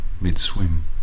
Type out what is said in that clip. mid-swim